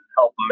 help